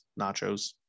nachos